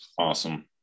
Awesome